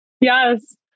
Yes